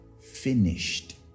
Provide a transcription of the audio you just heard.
Finished